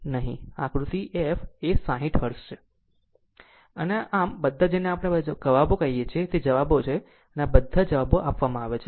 આમ અને આ બધા જેને આપણે આ બધા જવાબો કહીએ છીએ તે જવાબો છે આમ આ બધા જવાબો આપવામાં આવ્યા છે